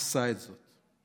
עשה את זה.